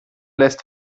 lässt